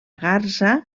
garsa